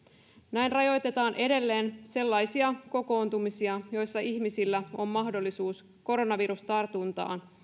näin rajoitetaan edelleen sellaisia kokoontumisia joissa ihmisillä on mahdollisuus koronavirustartuntaan